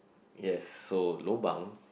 yes so lobang